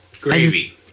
Gravy